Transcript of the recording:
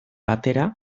batera